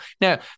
Now